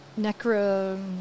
necro